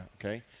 okay